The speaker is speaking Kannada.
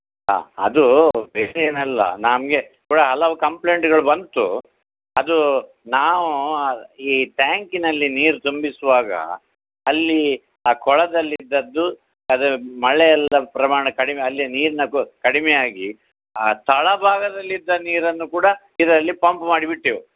ಹಾಂ ಅದೂ ಬೇರೆಯೆನಲ್ಲ ನಮಗೆ ಕೂಡ ಹಲವು ಕಂಪ್ಲೇಂಟ್ಗಳು ಬಂತು ಅದೂ ನಾವೂ ಈ ಟ್ಯಾಂಕಿನಲ್ಲಿ ನೀರು ತುಂಬಿಸುವಾಗ ಅಲ್ಲಿ ಆ ಕೊಳದಲ್ಲಿದದ್ದು ಅದ್ರ ಮಳೆ ಎಲ್ಲಾ ಪ್ರಮಾಣ ಕಡಿಮೆ ಅಲ್ಲಿ ನೀರನ್ನ ಕೊ ಕಡಿಮೆಯಾಗಿ ಆ ತಳಭಾಗದಲ್ಲಿದ್ದ ನೀರನ್ನು ಕೂಡ ಇದರಲ್ಲಿ ಪಂಪ್ ಮಾಡಿ ಬಿಟ್ಟೆವು